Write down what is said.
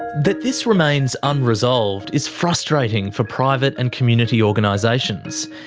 that this remains unresolved is frustrating for private and community organisations.